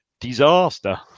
disaster